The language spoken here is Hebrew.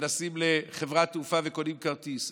שנכנסים לחברת תעופה וקונים כרטיס.